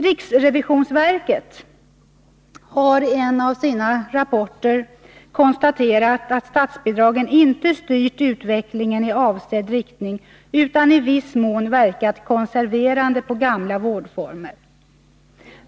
Riksrevisionsverket har i en av sina rapporter konstaterat att statsbidragen inte styrt utvecklingen i avsedd riktning utan i viss mån verkat konserverande på gamla vårdformer.